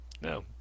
No